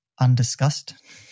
undiscussed